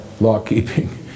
law-keeping